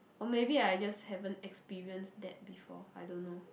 or maybe I just haven't experience that before I don't know